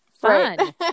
fun